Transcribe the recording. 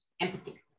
Empathy